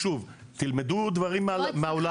שוב, תלמדו דברים מהעולם.